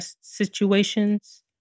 situations